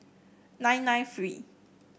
nine nine three